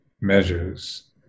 measures